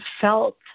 felt